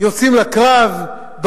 יוצאים לקרב,